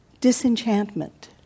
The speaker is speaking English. disenchantment